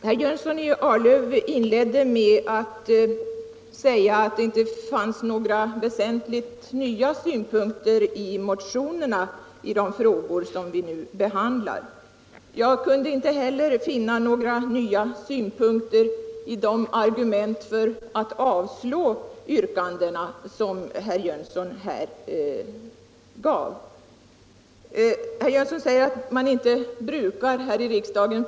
Herr talman! Herr Jönsson i Arlöv inledde med att säga att det inte fanns några väsentligt nya synpunkter i de motioner vi nu behandlar. Jag kunde inte heller finna några nya synpunkter i de argument för att 173 avslå motionerna som herr Jönsson här anförde.